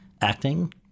acting